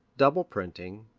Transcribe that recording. double printing,